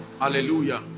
hallelujah